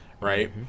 right